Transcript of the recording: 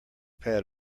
pad